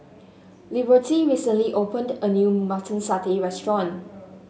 Liberty recently opened a new Mutton Satay restaurant